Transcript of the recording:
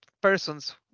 persons